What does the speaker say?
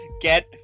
get